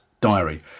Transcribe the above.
diary